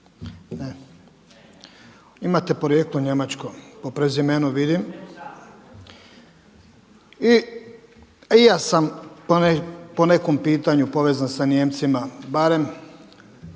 Imate porijeklo njemačko po prezimenu vidim. I ja sam po nekom pitanju povezan sa Nijemcima barem